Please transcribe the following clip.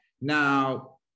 Now